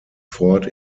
fort